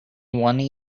one